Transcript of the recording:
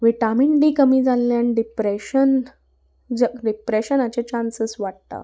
vitamin D कमी जाल्ल्यान depression डिप्रेशनाचे चान्सीस वाडटा